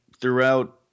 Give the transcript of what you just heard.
throughout